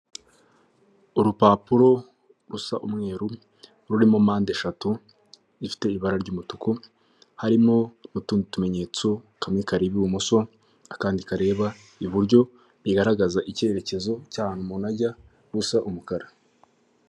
Urupapuro rusa umweru rurimo mpande eshatu, ifite ibara ry'umutuku harimo utundi tumenyetso, kamwe kareba ibumoso akandi kareba iburyo bigaragaza icyerekezo cy'aho umuntu ajya busa umukara.